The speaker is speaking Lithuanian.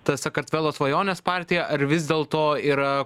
ta sakartvelo svajonės partija ar vis dėlto yra